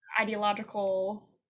ideological